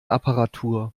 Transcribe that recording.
apparatur